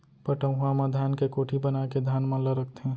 पटउहां म धान के कोठी बनाके धान मन ल रखथें